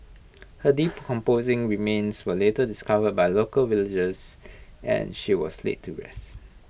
her decomposing remains were later discovered by local villagers and she was laid to rest